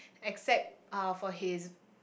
except uh for his